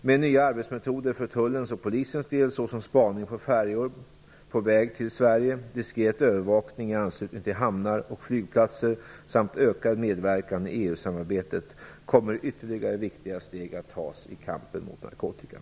Med nya arbetsmetoder för tullens och polisens del, såsom spaning på färjor på väg till Sverige, diskret övervakning i anslutning till hamnar och flygplatser samt ökad medverkan i EU samarbetet, kommer ytterligare viktiga steg att tas i kampen mot narkotikan.